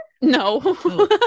No